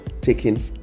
taking